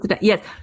yes